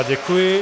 Děkuji.